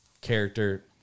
character